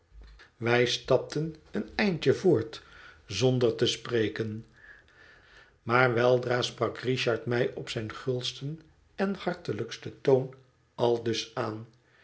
wij stapten een eindje voort zonder te spreken maar weldra sprak richard mij op zijn gulsten en hartelijksten toon aldus aan